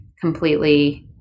completely